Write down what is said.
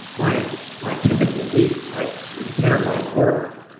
my my typical week, i prepare my work.